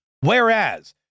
Whereas